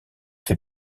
fait